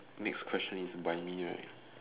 next question is by me right